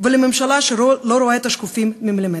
ולממשלה שלא רואה את השקופים ממילימטר.